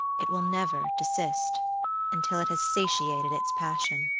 it will never desist until it has satiated its passion,